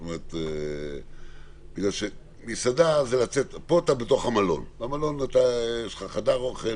כאן אתה בתוך המלון ובמלון יש לך חדר אוכל.